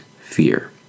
fear